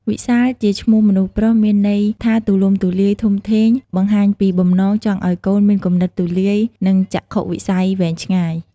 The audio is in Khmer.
វិសាលជាឈ្មោះមនុស្សប្រុស មានន័យថាទូលំទូលាយ ធំធេង បង្ហាញពីបំណងចង់ឱ្យកូនមានគំនិតទូលាយ និង ចក្ខុវិស័យវែងឆ្ងាយ។